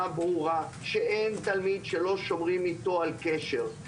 ברורה שאין תלמיד שלא שומרים איתו על קשר,